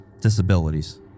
disabilities